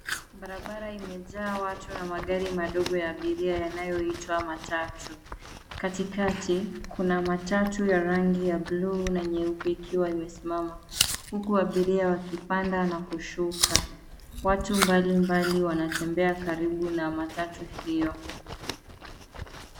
Barabara imejaa watu na magari madogo ya abiria yanayoitwa matatu. Katikati, kuna matatu ya rangi ya buluu na nyeupe ikiwa imesimama, huku abiria wakipanda na kushuka. Watu mbalimbali wanatembea karibu na matatu hiyo.